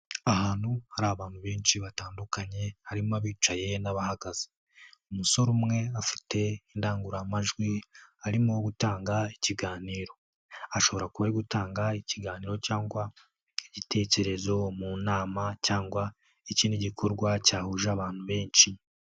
Ahantu hari abantu benshi batandukanye harimo abicaye n'abahagaze. Umusore umwe afite indangururamajwi arimo gutanga ikiganiro. Ashobora kuba ari gutanga ikiganiro cyangwa igitekerezo mu nama cyangwa ikindi gikorwa cyahuje abantu benshi.